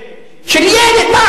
של ילד.